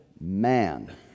man